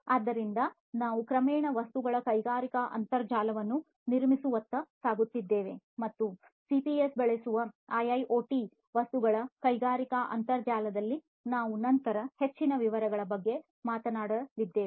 ಆದ್ದರಿಂದ ನಾವು ಕ್ರಮೇಣ ವಸ್ತುಗಳ ಕೈಗಾರಿಕಾ ಅಂತರ್ಜಾಲವನ್ನು ನಿರ್ಮಿಸುವತ್ತ ಸಾಗುತ್ತಿದ್ದೇವೆ ಮತ್ತು ಸಿಪಿಎಸ್ ಬಳಸುವ ಐಐಒಟಿ ವಸ್ತುಗಳ ಕೈಗಾರಿಕಾ ಅಂತರ್ಜಾಲದಲ್ಲಿ ನಾವು ನಂತರ ಹೆಚ್ಚಿನ ವಿವರಗಳ ಬಗ್ಗೆ ಮಾತನಾಡಲಿದ್ದೇವೆ